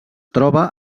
troba